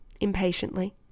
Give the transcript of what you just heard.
impatiently